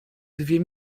dwie